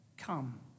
Come